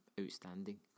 outstanding